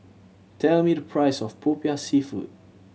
tell me the price of Popiah Seafood